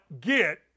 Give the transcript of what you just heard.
get